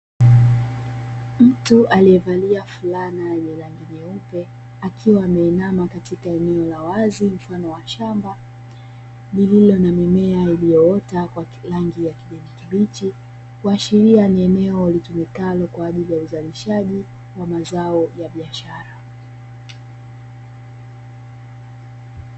Mtu aliyevalia fulana yenye rangi nyeupe, akiwa ameinama katika eneo la wazi mfano wa shamba lililo na mimea iliyootwa kwa rangi ya kijani kibichi kuachilia ni eneo litumikalo kwajili ya uzalishaji wa mazao ya biashara.